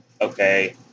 Okay